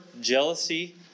jealousy